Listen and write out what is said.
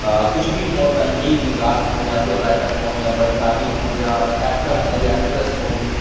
کچھ بھی ہوں تنقید نگار ہوں یا پھر رائٹر ہوں یا بڑے کاتب ہوں یا ایکٹر ہوں یا ایکٹریس ہوں